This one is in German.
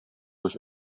durch